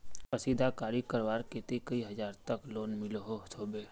कशीदाकारी करवार केते कई हजार तक लोन मिलोहो होबे?